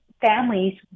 families